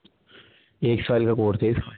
ایک سال کا کورس ہے